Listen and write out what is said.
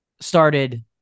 started